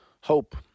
hope